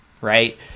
right